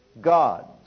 God's